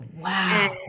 Wow